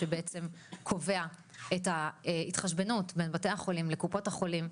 שבעצם קובע את ההתחשבנות בין בתי החולים לקופות החולים.